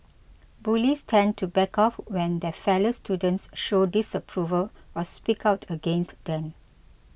bullies tend to back off when their fellow students show disapproval or speak out against them